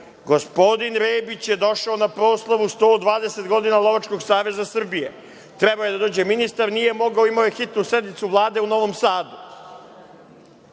gospodin Rebić je došao na proslavu 120 godina Lovačkog saveza Srbije, treba je da dođe ministar, nije mogao, imao je hitnu sednicu Vlade u Novom Sadu.